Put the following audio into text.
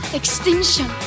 extinction